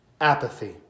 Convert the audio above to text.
apathy